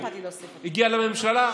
הגיע לממשלה.